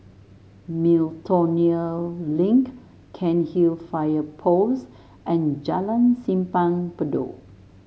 Miltonia Link Cairnhill Fire Post and Jalan Simpang Bedok